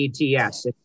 ETS